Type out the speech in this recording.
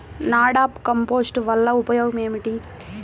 NADEP compost వలన ఉపయోగం ఏమిటి?